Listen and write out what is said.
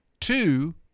two